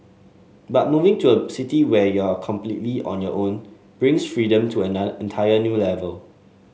but moving to a city where you're completely on your own brings freedom to an entire new level